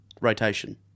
rotation